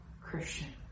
Christian